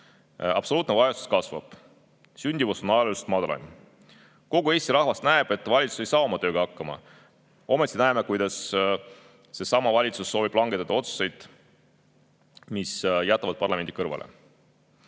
Absoluutne vaesus kasvab, sündimus on ajalooliselt madalaim. Kogu Eesti rahvas näeb, et valitsus ei saa oma tööga hakkama. Ometi näeme, kuidas seesama valitsus soovib langetada otsuseid, mis jätavad parlamendi kõrvale.